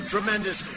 Tremendous